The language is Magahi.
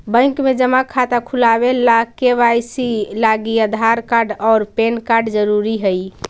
बैंक में जमा खाता खुलावे ला के.वाइ.सी लागी आधार कार्ड और पैन कार्ड ज़रूरी हई